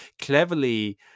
cleverly